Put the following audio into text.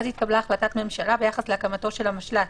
ואז התקבלה החלטת ממשלה ביחס להקמתו של המשל"ט,